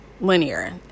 linear